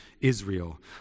Israel